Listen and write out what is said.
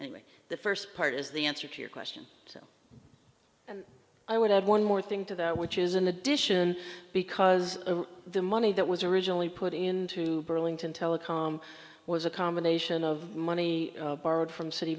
of the first part is the answer to your question and i would add one more thing to that which is in addition because the money that was originally put into burlington telecom was a combination of money borrowed from cit